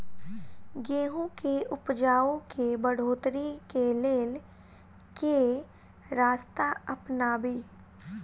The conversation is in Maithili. गेंहूँ केँ उपजाउ केँ बढ़ोतरी केँ लेल केँ रास्ता अपनाबी?